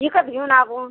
विकत घेऊ ना आपण